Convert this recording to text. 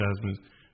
advertisements